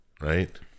right